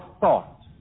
thought